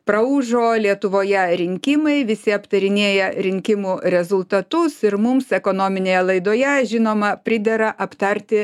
praūžo lietuvoje rinkimai visi aptarinėja rinkimų rezultatus ir mums ekonominėje laidoje žinoma pridera aptarti